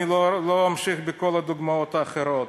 אני לא אמשיך בכל הדוגמאות האחרות.